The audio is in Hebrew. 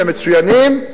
הם מצוינים,